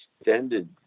extended